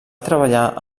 treballar